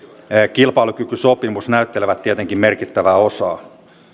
kilpailukykysopimus näyttelevät tietenkin merkittävää osaa